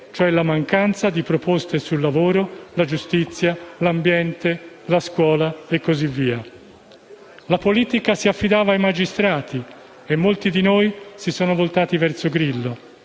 cioè la mancanza di proposte sul lavoro, la giustizia, l'ambiente, la scuola e quant'altro. La politica si affidava ai magistrati e molti di noi si sono rivolti verso Grillo.